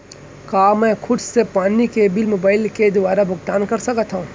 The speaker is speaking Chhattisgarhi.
का मैं खुद से पानी के बिल मोबाईल के दुवारा भुगतान कर सकथव?